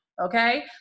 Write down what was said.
Okay